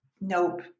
nope